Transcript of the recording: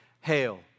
hail